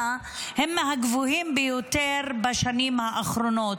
הם מהגבוהים ביותר בשנים האחרונות,